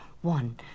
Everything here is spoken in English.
One